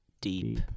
Deep